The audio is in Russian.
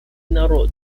народ